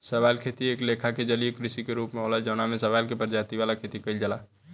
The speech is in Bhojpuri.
शैवाल खेती एक लेखा के जलीय कृषि के रूप होला जवना में शैवाल के प्रजाति वाला खेती कइल जाला